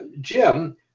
Jim